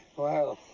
well,